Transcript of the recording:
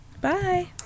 Bye